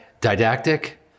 Didactic